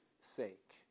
sake